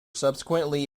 subsequently